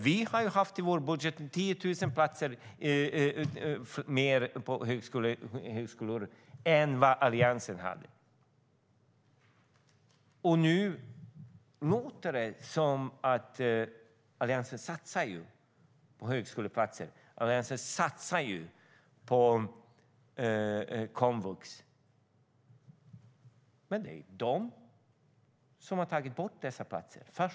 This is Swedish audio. Vi har i vår budget haft 10 000 platser mer på högskolor än vad Alliansen haft. Nu låter det som om Alliansen satsar på högskoleplatser, satsar på komvux. Men det är Alliansen som har tagit bort platser där.